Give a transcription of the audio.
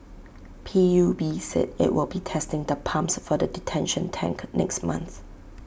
P U B said IT will be testing the pumps for the detention tank next month